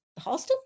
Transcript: Halston